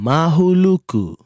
Mahuluku